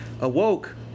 awoke